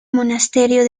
monasterio